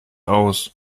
aus